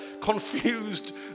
confused